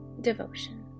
devotion